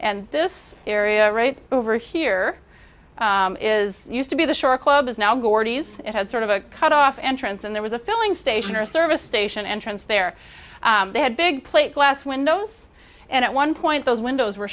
and this area right over here is used to be the shore club is now gordie's it had sort of a cutoff entrance and there was a filling station or a service station entrance there they had big plate glass windows and at one point those windows were